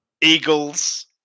eagles